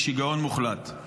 היא שיגעון מוחלט.